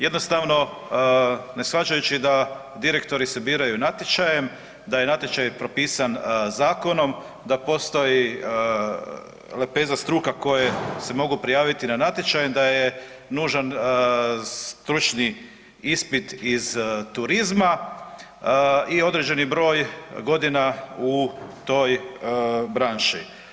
Jednostavno, ne shvaćajući da direktori se biraju natječajem, da je natječaj propisan zakonom, da postoji lepeza struke koje se mogu prijaviti na natječaj i da je nužan stručni ispit iz turizma i određeni broj godina u toj branši.